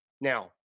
Now